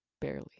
barely